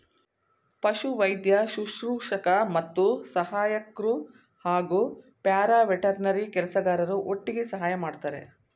ಪಶುವೈದ್ಯ ಶುಶ್ರೂಷಕ ಮತ್ತು ಸಹಾಯಕ್ರು ಹಾಗೂ ಪ್ಯಾರಾವೆಟರ್ನರಿ ಕೆಲಸಗಾರರು ಒಟ್ಟಿಗೆ ಸಹಾಯ ಮಾಡ್ತರೆ